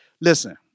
Listen